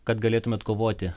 kad galėtumėt kovoti